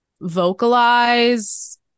vocalize